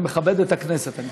זה מכבד את הכנסת.